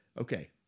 okay